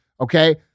Okay